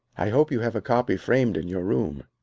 i hope you have a copy framed in your room.